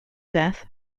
death